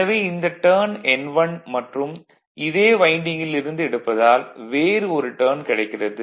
எனவே இந்த turn N1 மற்றும் இதே வைண்டிங்கில் இருந்து எடுப்பதால் வேறு ஒரு டர்ன் கிடைக்கிறது